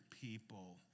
people